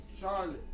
Charlotte